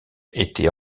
était